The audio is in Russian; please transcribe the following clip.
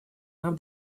нам